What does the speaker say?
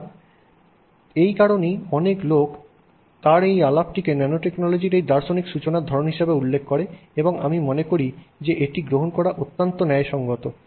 সুতরাং এই কারণেই অনেক লোক তাঁর এই আলাপকে ন্যানোটেকনোলজির এই দার্শনিক সূচনার ধরণ হিসাবে উল্লেখ করে এবং আমি মনে করি যে এটি গ্রহণ করা অত্যন্ত ন্যায়সঙ্গত